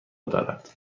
دارد